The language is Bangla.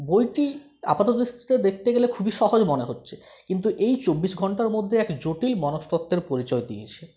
বইটি আপাত দৃষ্টিতে দেখতে গেলে খুবই সহজ মনে হচ্ছে কিন্তু এই চব্বিশ ঘন্টার মধ্যে এক জটিল মনস্তত্ত্বের পরিচয় দিয়েছে